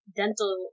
dental